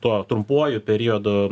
tuo trumpuoju periodu